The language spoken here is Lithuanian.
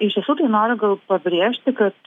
iš tiesų tai noriu gal pabrėžti kad